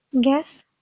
Guess